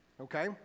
okay